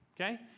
Okay